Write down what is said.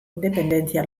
independentzia